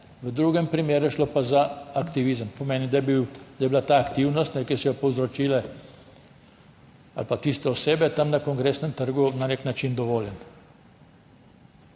v drugem primeru je šlo pa za aktivizem. Pomeni, da je bila ta aktivnost, ki so jo povzročile tiste osebe tam na Kongresnem trgu, na nek način dovoljena.